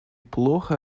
плохо